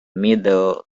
middle